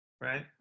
Right